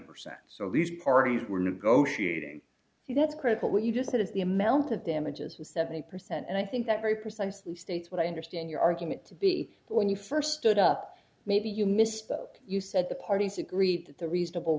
percent so these parties were negotiating and that's critical what you just said if the amount of damages was seventy percent and i think that very precisely states what i understand your argument to be when you first it up maybe you missed it you said the parties agreed that the reasonable